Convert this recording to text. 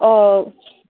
औ